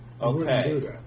Okay